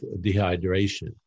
dehydration